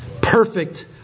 perfect